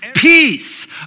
Peace